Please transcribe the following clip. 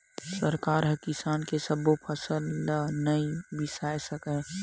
सरकार ह किसान के सब्बो फसल ल नइ बिसावय सकय